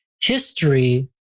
history